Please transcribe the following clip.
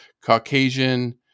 Caucasian